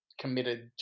committed